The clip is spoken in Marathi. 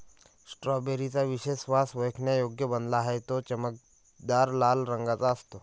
स्ट्रॉबेरी चा विशेष वास ओळखण्यायोग्य बनला आहे, तो चमकदार लाल रंगाचा असतो